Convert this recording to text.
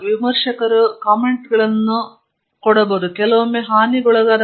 ವಿಮರ್ಶಕರು ಕಾಮೆಂಟ್ಗಳನ್ನು ಕೆಲವೊಮ್ಮೆ ಹಾನಿಗೊಳಗಾಗಬಹುದು ಕೆಲವೊಮ್ಮೆ ತುಂಬಾ ಗೊಂದಲಕ್ಕೊಳಗಾಗುತ್ತದೆ